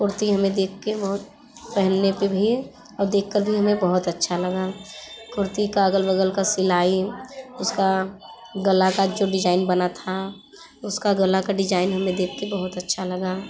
कुर्ती हमें देख के बहुत पहनने पर भी और देख कर भी हमें बहुत अच्छा लगा कुर्ती का अगल बगल का सिलाई उसका गला का जो डिजाइन बना था उसका गला का डिजाइन हमें देख के बहुत अच्छा लगा